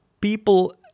people